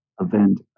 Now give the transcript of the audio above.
event